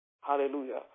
Hallelujah